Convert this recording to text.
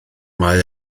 mae